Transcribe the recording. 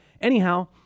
anyhow